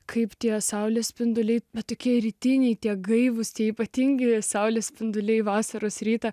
kaip tie saulės spinduliai bet tik rytiniai tie gaivūs tie ypatingi saulės spinduliai vasaros rytą